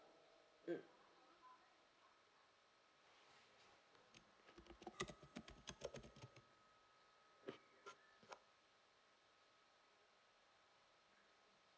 mm